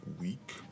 week